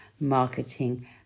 marketing